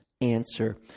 answer